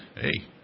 hey